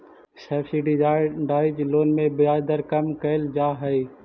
subsidised loan में ब्याज दर कम कैल जा हइ